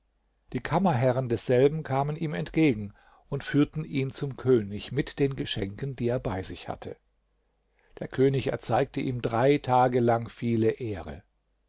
die kammerherren desselben kamen ihm entgegen und führten ihn zum könig mit den geschenken die er bei sich hatte der könig erzeigte ihm drei tage lang viele ehre